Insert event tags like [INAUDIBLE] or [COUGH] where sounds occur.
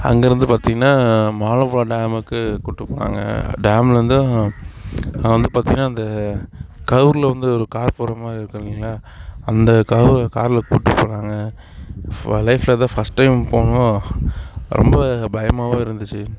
அங்கேருந்து பார்த்தீங்கன்னா ஆலப்புழா டேமுக்கு கூட்டு போனாங்கள் டேம்லதான் அங்கே வந்து பார்த்தீங்கன்னா அந்த [UNINTELLIGIBLE] வந்து ஒரு கார் போகிற மாதிரி இருக்கும் இல்லைங்களா அந்த கா கார்ல கூட்டு போனாங்கள் லைஃப்ல இதுதான் ஃபஸ்ட் டைம் போனோம் ரொம்ப பயமாகவும் இருந்துச்சு